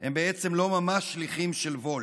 הם בעצם לא ממש שליחים של wolt,